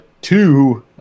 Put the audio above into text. Two